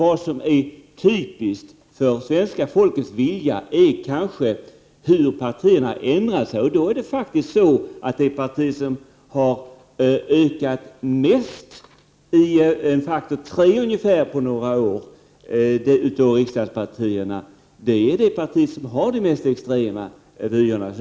Vad som är typiskt för svenska folkets vilja är kanske hur partierna ändrar sig. Det parti som har ökat mest — till faktor 3 ungefär på några år — är det riksdagsparti som har de mest extrema vyerna.